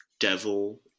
devil